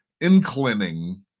inclining